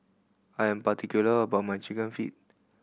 I am particular about my Chicken Feet